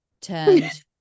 turned